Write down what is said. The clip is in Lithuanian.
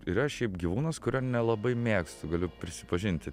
yra šiaip gyvūnas kurio nelabai mėgstu galiu prisipažinti